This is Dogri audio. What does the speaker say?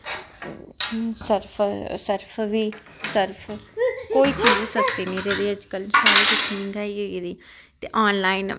सर्फ सर्फ बी सर्फ कोई चीज सस्ती निं रेही दी अज्ज कल सारा कुछ मैहंगाई होइये दी ते ऑनलाइन